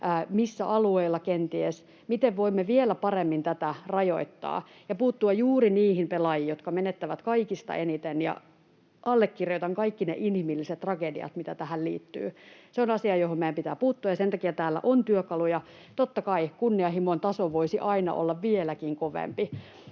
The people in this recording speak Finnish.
missä alueilla: miten voimme vielä paremmin tätä rajoittaa ja puuttua juuri niihin pelaajiin, jotka menettävät kaikista eniten. Allekirjoitan kaikki ne inhimilliset tragediat, mitä tähän liittyy. Se on asia, johon pitää puuttua, ja sen takia täällä on työkaluja. Totta kai kunnianhimon taso voisi aina olla vieläkin kovempi.